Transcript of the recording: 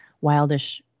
wildish